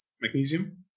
magnesium